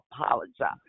apologize